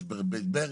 יש בית ברל,